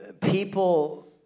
people